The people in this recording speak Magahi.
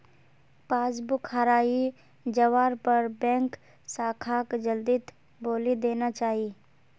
पासबुक हराई जवार पर बैंक शाखाक जल्दीत बोली देना चाई